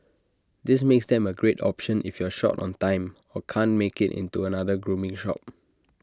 this makes them A great option if you're short on time or can't make IT into another grooming shop